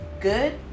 good